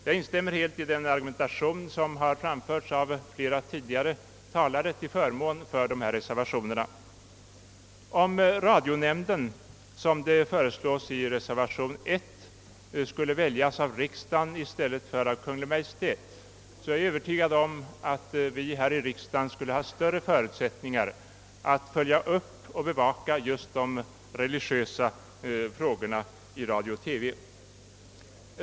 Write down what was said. Jag instämmer helt i den argumentation som har framförts av flera tidigare talare till förmån för dessa reservationer. Om radionämnden, som det föreslås i reservation nr 1, skulle väljas av riksdagen i stället för av Kungl. Maj:t, är jag förvissad om att vi här skulle ha större förutsättningar att följa och bevaka de religiösa frågorna i radio och TV.